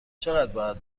چقدر